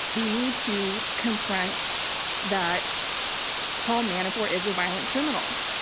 we need to confront that paul manafort is a violent criminal.